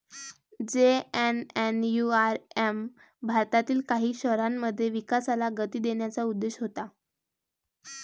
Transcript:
JNNURM भारतातील काही शहरांमध्ये विकासाला गती देण्याचा उद्देश होता